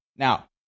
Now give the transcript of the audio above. Now